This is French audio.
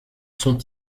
sont